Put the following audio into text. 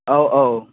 औ औ